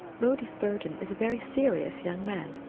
moody spurgeon is a very serious young man,